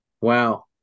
Wow